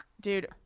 dude